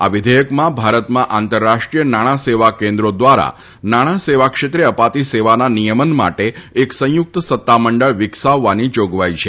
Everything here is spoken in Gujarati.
આ વિઘેથકમાં ભારતમાં આંતરરાષ્ટ્રીય નાણાં સેવા કેન્દ્રી દ્વારા નાણાં સેવા ક્ષેત્રે અપાતી સેવાના નિયમન માટે એક સંયુક્ત સત્તામંડળ વિકસાવવાની જોગવાઈ છે